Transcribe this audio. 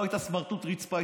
לא היית סמרטוט רצפה,